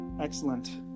Excellent